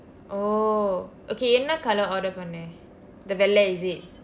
oh okay என்ன:enna colour order பண்ண:panna the வெள்ளை:vellai is it